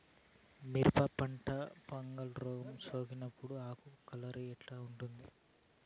మిరప పంటలో ఫంగల్ రోగం సోకినప్పుడు ఆకు కలర్ ఎట్లా ఉంటుంది?